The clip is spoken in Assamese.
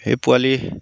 সেই পোৱালি